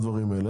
הדברים האלה,